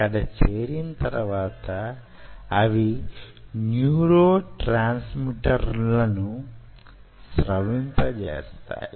అక్కడకు చేరిన తరువాత అవి న్యూరోట్రాన్స్మిటర్ల ను స్రవింపజేస్తాయి